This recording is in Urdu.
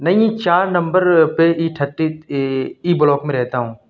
نہیں یہ چار نمبر پہ ای ٹھرٹی ای بلاک میں رہتا ہوں